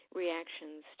reactions